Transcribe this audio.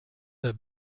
der